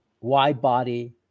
wide-body